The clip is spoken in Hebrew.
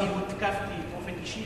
אני הותקפתי באופן אישי,